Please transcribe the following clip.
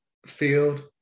Field